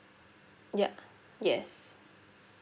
ya yes